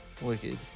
Wicked